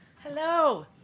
Hello